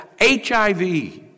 HIV